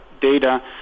data